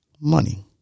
money